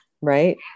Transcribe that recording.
right